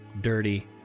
dirty